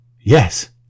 yes